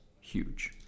huge